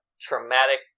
traumatic